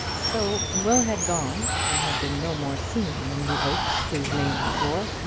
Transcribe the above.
so will had gone, and had been no more seen among the oaks whose name he bore.